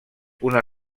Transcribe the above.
una